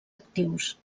actius